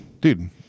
dude